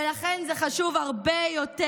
ולכן זה חשוב הרבה יותר.